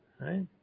Right